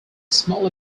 small